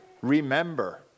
Remember